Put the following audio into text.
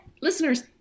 listeners